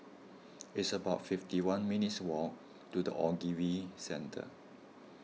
it's about fifty one minutes' walk to the Ogilvy Centre